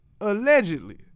allegedly